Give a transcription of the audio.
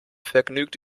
vergnügt